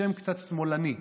שם קצת שמאלני,